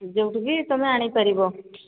ଯୋଉଠୁକି ତୁମେ ଆଣିପାରିବ